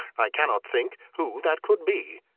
i cannot think who that could be,